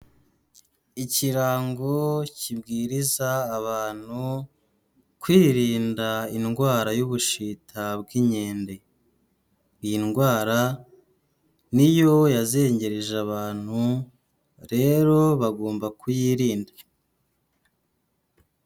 Ikirango kibwiriza abantu kwirinda indwara y'Ubushita bw'Inkende, iyi ndwara niyo yazengereje abantu rero bagomba kuyirinda.